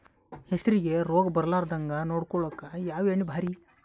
ಹೆಸರಿಗಿ ರೋಗ ಬರಲಾರದಂಗ ನೊಡಕೊಳುಕ ಯಾವ ಎಣ್ಣಿ ಭಾರಿ?